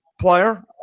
player